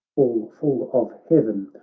all full of heaven,